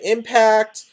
Impact